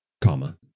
Comma